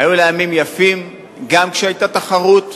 היו לה ימים יפים גם כשהיתה תחרות.